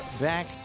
Back